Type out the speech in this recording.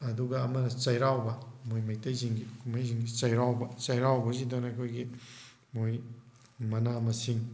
ꯑꯗꯨꯒ ꯑꯃꯅ ꯆꯩꯔꯥꯎꯕ ꯃꯣꯏ ꯃꯩꯇꯩꯁꯤꯡꯒꯤ ꯀꯨꯝꯍꯩꯁꯤꯡꯗꯤ ꯆꯩꯔꯥꯎꯕ ꯆꯩꯔꯥꯎꯕꯁꯤꯗ ꯑꯩꯈꯣꯏꯒꯤ ꯃꯣꯏ ꯃꯅꯥ ꯃꯁꯤꯡ